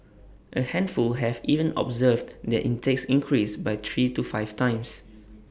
A handful have even observed their intakes increase by three to five times